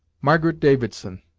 margaret davidson,